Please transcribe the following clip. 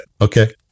Okay